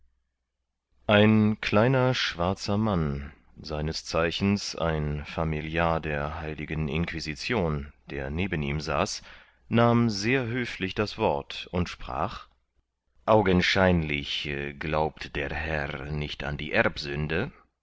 ein kleiner schwarzer mann seines zeichens ein familiar der heiligen inquisition der neben ihm saß nahm sehr höflich das wort und sprach augenscheinlich glaubt der herr nicht an die erbsünde